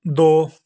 ਦੋ